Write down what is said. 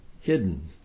hidden